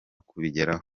kubigeraho